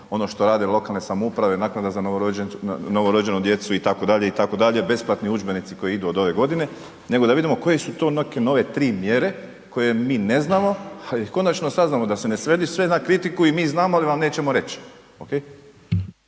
ono što rade lokalne samouprave, naknada za novorođenu djecu itd., itd. besplatni udžbenici koji idu od ove godine, nego da vidimo koje su to neke nove tri mjere koje mi ne znamo da konačno saznamo da se ne svede sve na kritiku i mi znamo ali vam nećemo reći.